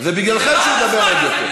הוספתי לך שתי דקות.